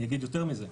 אני אגיד יותר מזה,